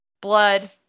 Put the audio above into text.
blood